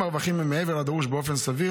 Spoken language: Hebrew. אם הרווחים הם מעבר לדרוש באופן סביר